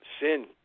Sin